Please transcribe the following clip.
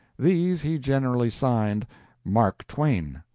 these he generally signed mark twain.